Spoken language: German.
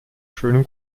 schönen